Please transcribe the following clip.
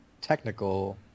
technical